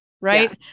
right